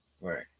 Right